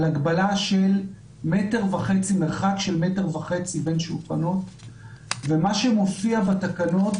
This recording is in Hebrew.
על הגבלה של מטר וחצי מרחק בין שולחנות ומה שמופיע בתקנות